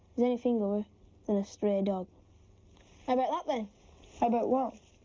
is anything more than a stray dog. how about that, then? how about what?